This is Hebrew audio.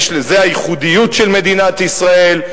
זאת הייחודיות של מדינת ישראל,